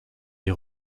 des